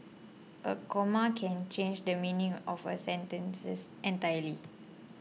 a comma can change the meaning of a sentences entirely